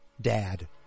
dad